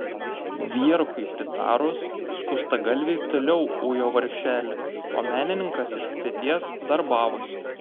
vierchui pritarus skustagalviai toliau ujo vargšelį o menininkas iš peties darbavosi